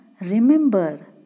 remember